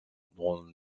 dans